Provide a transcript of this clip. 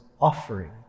offering